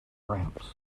ramps